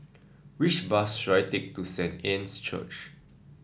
which bus should I take to Saint Anne's Church